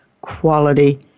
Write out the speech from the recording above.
quality